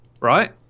Right